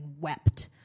wept